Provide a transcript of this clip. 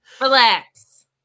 Relax